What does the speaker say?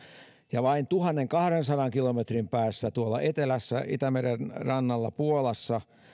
ja vain tuhannenkahdensadan kilometrin päässä tuolla etelässä itämeren rannalla puolassa